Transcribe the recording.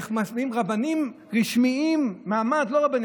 של איך מסדירים מעמד לרבנים,